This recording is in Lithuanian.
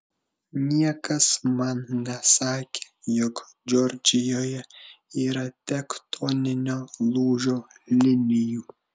niekas man nesakė jog džordžijoje yra tektoninio lūžio linijų